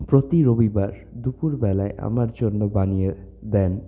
প্রতি রবিবার দুপুর বেলায় আমার জন্য বানিয়ে দেন